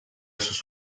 sus